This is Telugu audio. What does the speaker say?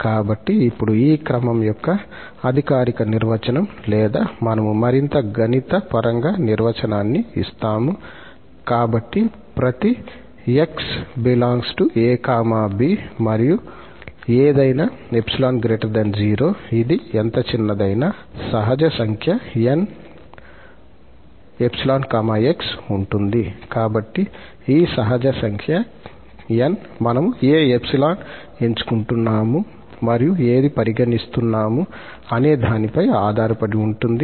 కాబట్టి ఇప్పుడు ఈ క్రమం యొక్క అధికారిక నిర్వచనం లేదా మనము మరింత గణిత పరంగా నిర్వచనాన్ని ఇస్తాము కాబట్టి ప్రతి 𝑥 ∈ 𝑎 𝑏 మరియు ఏదైనా 𝜖 0 ఇది ఎంత చిన్నదైనా సహజ సంఖ్య 𝑁𝜖 𝑥 ఉంటుంది కాబట్టి ఈ సహజ సంఖ్య 𝑁 మనం ఏ 𝜖 ఎంచుకుంటాము మరియు ఏది పరిగణిస్తున్నాము అనే దానిపై ఆధారపడి ఉంటుంది